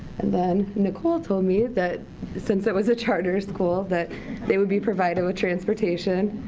and then nicole told me that since it was a charter school that they would be provided with transportation.